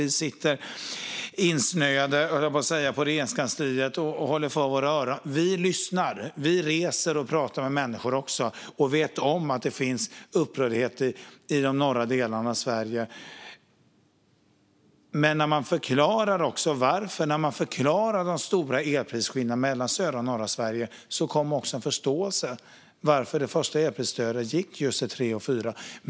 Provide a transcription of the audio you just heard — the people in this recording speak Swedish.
Vi sitter inte insnöade, höll jag på att säga, på Regeringskansliet och håller för våra öron. Vi lyssnar. Vi reser och pratar med människor och vet om att det finns upprördhet i de norra delarna av Sverige. Men när vi förklarar de stora elprisskillnaderna mellan norra och södra Sverige kommer också en förståelse för varför det första elprisstödet gick till just elprisområde 3 och 4.